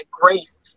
grace